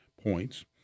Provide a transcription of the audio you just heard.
Points